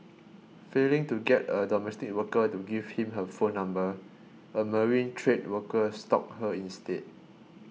failing to get a domestic worker to give him her phone number a marine trade worker stalked her instead